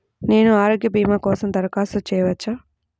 నేను ఆరోగ్య భీమా కోసం దరఖాస్తు చేయవచ్చా?